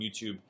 YouTube